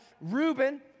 Reuben